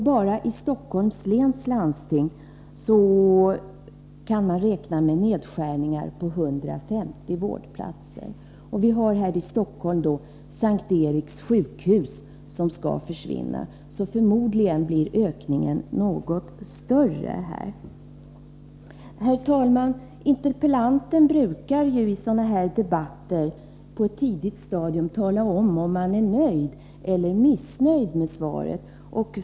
Bara i Stockholms läns landsting kan man räkna med nedskärningar på 150 vårdplatser. Vi har i Stockholm S:t Eriks sjukhus som skall försvinna, så förmodligen blir minskningen här något större. Herr talman! Interpellanten brukar i sådana här debatter på ett tidigt stadium tala om huruvida man är nöjd eller missnöjd med svaret.